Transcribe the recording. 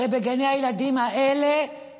הרי בגני הילדים האלה יש